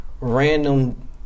random